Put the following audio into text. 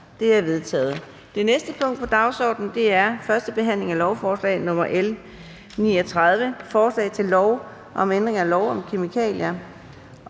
Det er vedtaget. --- Det næste punkt på dagsordenen er: 7) 1. behandling af lovforslag nr. L 39: Forslag til lov om ændring af lov om kemikalier.